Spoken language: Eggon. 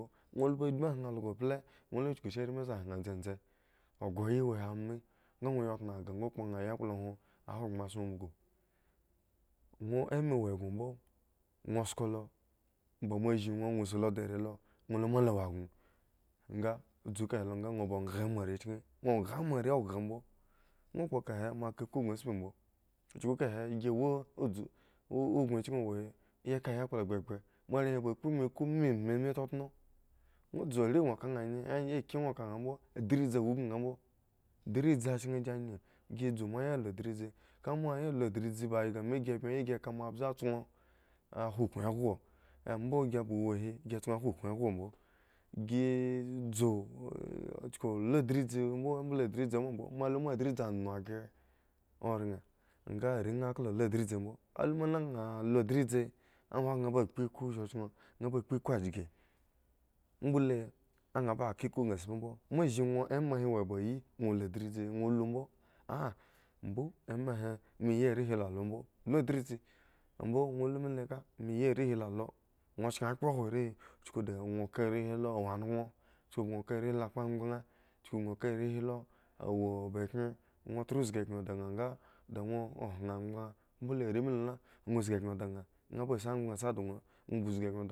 Ŋwo lubhu agbi hwin algo ble ŋwo lu ma chukushi are me sa hwin dzendze akhu ayi wo hi mi nga ŋwo ya tnagah ŋwo kponha yakplohwon ahogbren azo umbugu ŋwo ekpla wa gno mbo ŋwo skolo mba moa zhi ŋwo ba ŋwo zi lo da are lo ŋwo luma de wo gno nga dzu kahe lo nga ŋwo kha ema rechki ŋwo kha ma are okha mbo ŋwo kpo kahe moa ka iku gŋo tspi mbo chukukake gi wo udzu ubin chki huhwin gi ka yakpl kpehkpeh morehwin ba kpu moa iku memeh m tnotno are gno ka nha nye aki ŋwo ka nha kambo adridi wo ukun kambo adridzi ba yga mi gi bme ayi ka mbze zkon a hwn kun ehon ambo gi moa ba huhuwin gi zkon hwon ukud ehonmbo gi dzu chuku lu adridzi mbo mbole adridzi moa luma adridzi nu ghre oran ghre are nha aklo lu dridzi mbo la nha lu dridzi nha ba ka iku ban tspimbo moa zhi ŋwo ama he wo ba hi ŋwo lu adridzi ŋwo lumbo ah mbo emahe meya are hi la lombo lu dridzi ambo ŋwo lu mile me yi are he la lo ŋwo shen kphro hwo are hi chuku da ŋwo ka are lo wo nuŋ ŋwo ka are lokpo angban gno ka are lo wo ba khre ŋwo tra zgi khre dinha nga di ŋwo hen angban mbole are mi lo la ŋwo zgi khre dinha lanha ba sa angban si doŋ ŋwo ba zgi khre daŋ